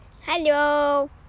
Hello